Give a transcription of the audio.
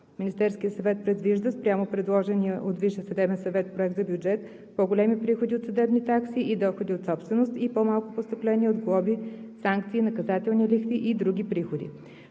Министерският съвет предвижда спрямо предложения от Висшия съдебен съвет проект за бюджет по-големи приходи от съдебни такси и доходи от собственост и по-малко постъпления от глоби, санкции, наказателни лихви и други приходи.